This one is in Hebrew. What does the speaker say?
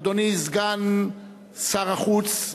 אדוני סגן שר החוץ,